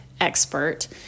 expert